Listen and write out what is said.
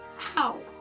how?